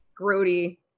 grody